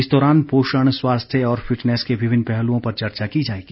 इस दौरान पोषण स्वास्थ्य और फिटनेस के विभिन्न पहलुओं पर चर्चा की जाएगी